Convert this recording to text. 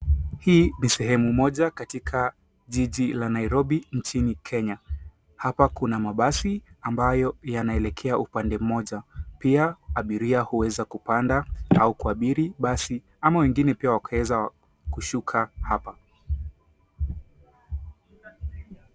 Hii ni sehemu moja katika jiji la Nairobi nchini Kenya. Hapa kuna mabasi ambayo yanaelekea upande mmoja. Pia abiria huweza kupanda au kuabiri basi ama wengine pia wakaweza kushuka hapa.